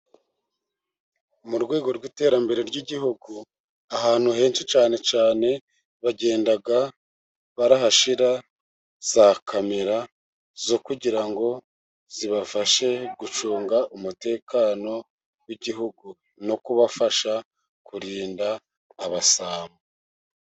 Mu rwego rw'iterambere ry'Igihugu, ahantu henshi cyane bagenda barahashyira za kamera zo kugira ngo zibafashe gucunga umutekano w'Igihugu no kubafasha kurinda abasambo.